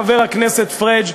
חבר הכנסת פריג',